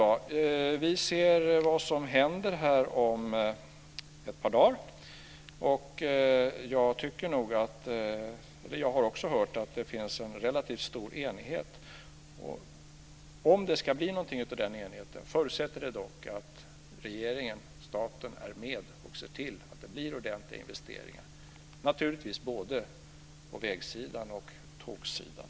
Vi får se vad som händer om ett par dagar. Jag har också hört att det finns en relativt stor enighet. Om det ska bli någonting av den enigheten förutsätter det dock att regeringen, staten, är med och ser till att det blir ordentliga investeringar på både väg och tågsidan.